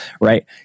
right